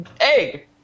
egg